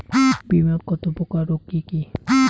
বীমা কত প্রকার ও কি কি?